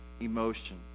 emotion